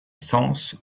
sens